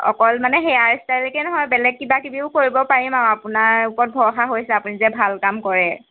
অকল মানে হেয়াৰ ষ্টাইলকে নহয় বেলেগ কিবা কিবিও কৰিব পাৰিম আৰু আপোনাৰ ওপৰত ভৰসা হৈছে আপুনি যে ভাল কাম কৰে